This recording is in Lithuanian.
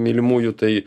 mylimųjų tai